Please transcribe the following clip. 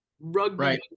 Rugby